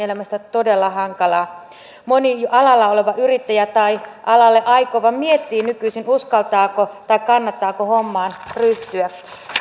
elämästä todella hankalaa moni alalla oleva yrittäjä tai alalle aikova miettii nykyisin uskaltaako tai kannattaako hommaan ryhtyä täytyy